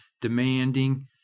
demanding